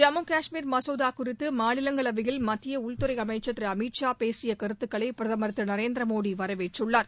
ஜம்மு கஷ்மீர் மசோதா குறித்து மாநிலங்களவையில் மத்திய உள்துறை அமைச்சர் திரு அமித் ஷா பேசிய கருத்துக்களை பிரதமர் திரு நரேந்திர மோடி வரவேற்றுள்ளார்